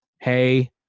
hey